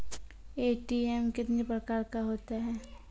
ATM कितने प्रकार का होता हैं?